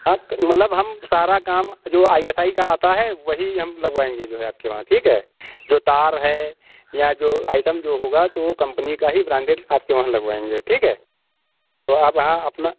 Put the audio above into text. हाँ तो मतलब हम सारा काम जो आई एस आई का आता है वही हम लगवाएँगे जो है आपके वहाँ ठीक है जो तार है या जो आइटम जो होगा तो वह कम्पनी का ही ब्रांडेड आपके वहाँ लगवागे ठीक है तो आप हाँ अपना